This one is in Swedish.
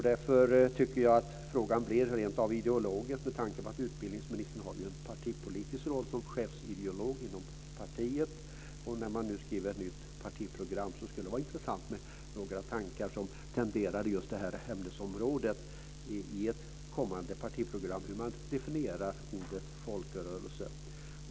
Därför blir frågan rentav ideologisk med tanke på att utbildningsministern har en partipolitisk roll som chefsideolog inom partiet. När man nu skriver på ett nytt partiprogram skulle det vara intressant med några tankar som tangerar ämnesområdet om hur ordet "folkrörelse" definieras.